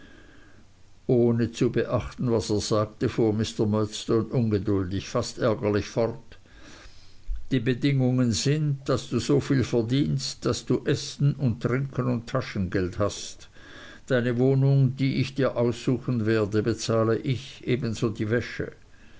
ohne zu beachten was er sagte fuhr mr murdstone ungeduldig fast ärgerlich fort die bedingungen sind daß du soviel verdienst daß du essen trinken und taschengeld hast deine wohnung die ich dir aussuchen werde bezahle ich ebenso deine wäsche